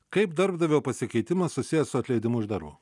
kaip darbdavio pasikeitimas susijęs su atleidimu iš darbo